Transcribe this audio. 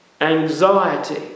anxiety